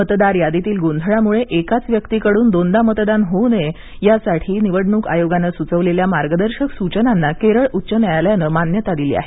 मतदार यादीतील गोंधळामुळे एकाच व्यक्तीकडून दोनदा मतदान होऊ नये यासाठी निवडणूक आयोगाने सुचवलेल्या मार्गदर्शक सूचनांना केरळ उच्च न्यायालयानं मान्यता दिली आहे